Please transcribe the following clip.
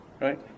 right